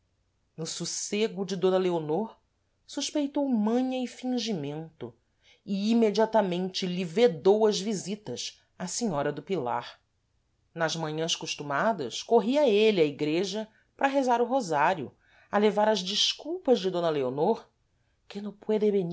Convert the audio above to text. no sossêgo de d leonor suspeitou manha e fingimento e imediatamente lhe vedou as visitas à senhora do pilar nas manhãs costumadas corria êle à igreja para rezar o rosário a levar as desculpas de d leonor que no